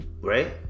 right